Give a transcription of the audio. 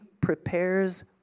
prepares